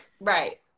Right